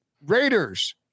Raiders